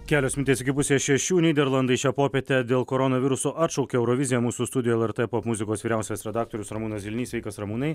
kelios minutės iki pusės šešių nyderlandai šią popietę dėl koronaviruso atšaukė euroviziją mūsų studijoj lrt popmuzikos vyriausias redaktorius ramūnas zilnys sveikas ramūnai